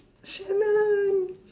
Shannon